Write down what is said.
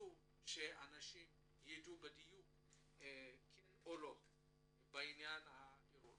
שאנשים ידעו בדיוק את התשובות בעניין מחיקת הרישום הפלילי.